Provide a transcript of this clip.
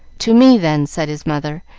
to me, then, said his mother.